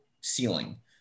ceiling